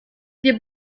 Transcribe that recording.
wir